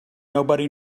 nobody